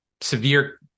severe